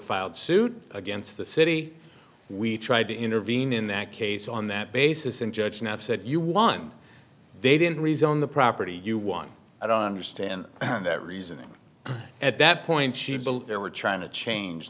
filed suit against the city we tried to intervene in that case on that basis and judge have said you won they didn't resign the property you won i don't understand their reasoning at that point she believed they were trying to change